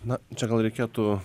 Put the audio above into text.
na čia gal reikėtų